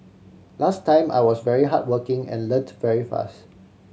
last time I was very hardworking and learnt very fast